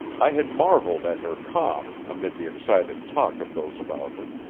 i had marveled at her calm amid the excited talk of those about her,